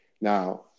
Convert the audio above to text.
Now